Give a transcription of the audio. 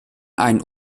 einen